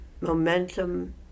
momentum